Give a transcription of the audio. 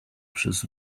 przez